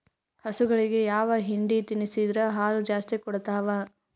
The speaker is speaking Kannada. ಹಸುಗಳಿಗೆ ಯಾವ ಹಿಂಡಿ ತಿನ್ಸಿದರ ಹಾಲು ಜಾಸ್ತಿ ಕೊಡತಾವಾ?